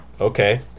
okay